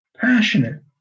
passionate